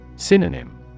Synonym